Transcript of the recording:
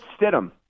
Stidham